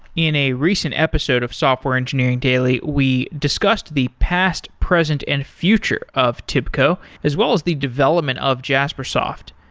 in a recent episode of software engineering daily, we discussed the past, present and future of tibco as well as the development of jaspersoft.